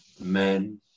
men